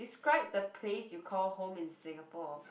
describe the place you call home in Singapore